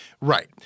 Right